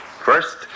First